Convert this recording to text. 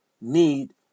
need